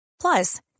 Plus